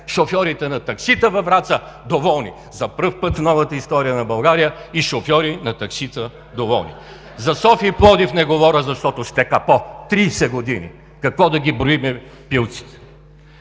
шофьорите на таксита във Враца – доволни. За пръв път в новата история на България и шофьори на таксита да са доволни. За София и Пловдив не говоря, защото сте капо – 30 години! Какво да ги броим пилците?